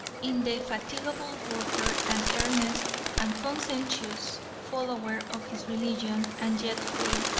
indefatigable worker, an earnest and conscientious follower of his religion, and yet free,